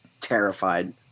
terrified